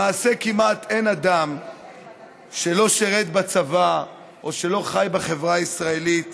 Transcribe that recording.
למעשה כמעט אין אדם ששירת בצבא או שחי בחברה הישראלית